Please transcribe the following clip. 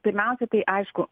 pirmiausiai tai aišku